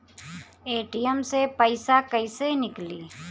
ATM से पइसा कइसे निकली?